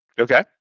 okay